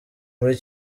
muri